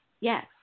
yes